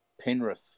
Penrith